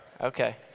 Okay